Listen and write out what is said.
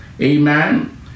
Amen